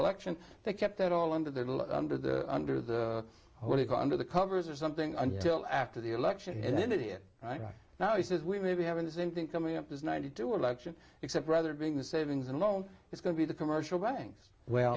election they kept it all under the under the under the under the covers or something until after the election and then it is right now he says we may be having the same thing coming up is ninety two dollars election except rather being the savings and loan it's going to be the commercial banks well